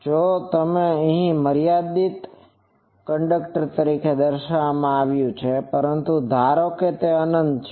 જોકે અહીં તે મર્યાદિત તરીકે દર્શાવવામાં આવ્યું છે પરંતુ ધારો કે તે અનંત છે